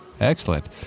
Excellent